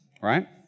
right